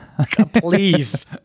please